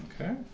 Okay